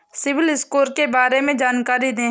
CIBIL score के बारे में जानकारी दें?